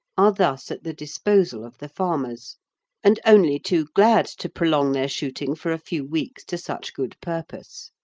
are thus at the disposal of the farmers and only too glad to prolong their shooting for a few weeks to such good purpose.